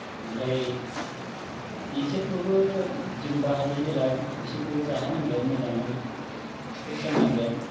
ओमफ्राय बिसोरखौबो जों बाहायबाय जेला बिसोरखौबो जाहोनांगोन मोजाङै थुखैस्रांनांगोन